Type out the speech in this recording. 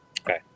Okay